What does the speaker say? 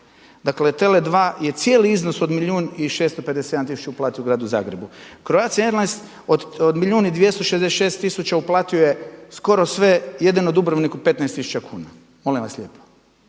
Dakle, TELE2 je cijeli iznos od milijun i 657000 uplatio gradu Zagrebu. Croatia Airlines od milijun i 266 tisuća uplatio je skoro sve jedino Dubrovniku 15000 kuna, molim vas lijepo.